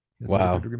wow